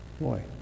boy